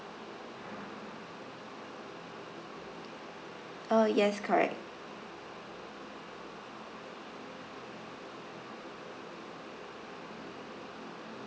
uh yes correct